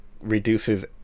reduces